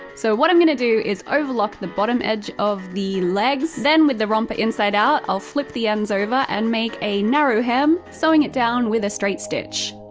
so what i'm gonna do is overlock the bottom edge of the legs then with the romper inside out, i'll flip the ends over and make a narrow hem, sewing it down with a straight stitch.